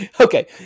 Okay